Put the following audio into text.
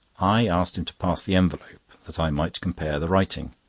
i asked him to pass the envelope, that i might compare the writing.